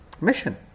Mission